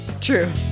True